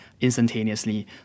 instantaneously